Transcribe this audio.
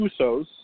Usos